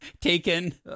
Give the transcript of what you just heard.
taken